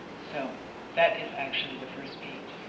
so that is actually the first page.